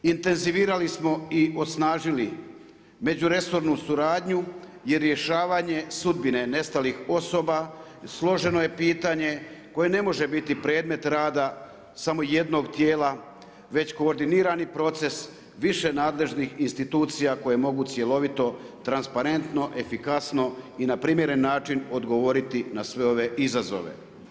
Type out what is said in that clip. Intenzivirali smo i osnažili međuresornu suradnju i rješavanje sudbine nestalih osoba, složeno je pitanje koje ne može biti predmet rada samo jednog tijela već koordinirani proces više nadležnih institucija koje mogu cjelovito, transparentno, efikasno i na primjeren način odgovoriti na sve ove izazove.